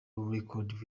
record